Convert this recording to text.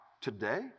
today